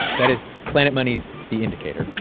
that is planet money's the indicator.